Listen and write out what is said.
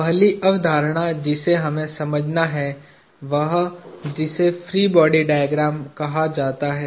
पहली अवधारणा जिसे हमें समझना है वह जिसे फ्री बॉडी डायग्राम कहा जाता है